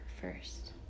first